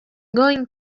going